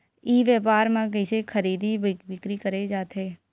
ई व्यापार म कइसे खरीदी बिक्री करे जाथे?